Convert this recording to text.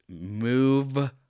move